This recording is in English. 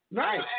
right